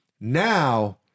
Now